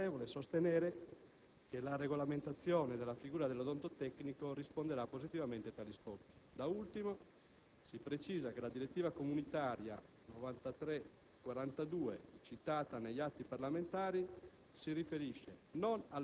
appare, pertanto, ragionevole sostenere che la regolamentazione della figura dell'odontotecnico risponderà positivamente a tali scopi. Da ultimo, si precisa che la direttiva comunitaria 93/42, citata negli atti parlamentari,